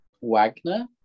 Wagner